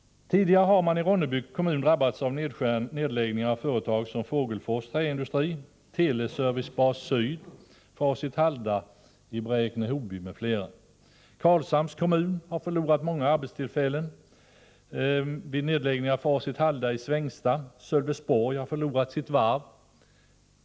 Tidigare har man i Ronneby kommun drabbats av nedläggning av företag som Fågelfors Träindustri, Teleservicebas Syd, Facit-Halda i Bräkne-Hoby m.fl. Karlshamns kommun har förlorat många arbetstillfällen vid nedläggningen av Facit-Halda i Svängsta. Sölvesborg har förlorat sitt varv.